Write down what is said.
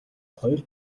хоёр